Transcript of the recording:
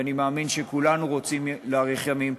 ואני מאמין שכולנו רוצים להאריך ימים,